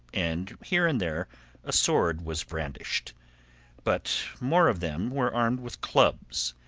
and here and there a sword was brandished but more of them were armed with clubs,